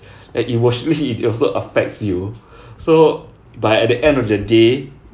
and emotionally it also affects you so but at the end of the day